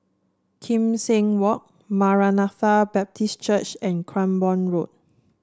Kim Seng Walk Maranatha Baptist Church and Cranborne Road